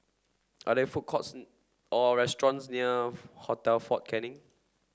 are there food courts or restaurants near Hotel Fort Canning